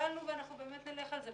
שקלנו ואנחנו באמת נלך על זה,